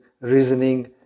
reasoning